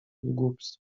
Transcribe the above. głupstw